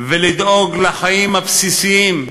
ולדאוג לחיים הבסיסיים,